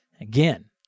Again